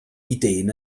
ideen